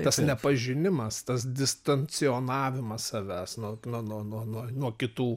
tas nepažinimas tas distancionavimas savęs nuo vat nuo nuo nuo nuo kitų